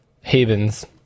havens